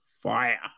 fire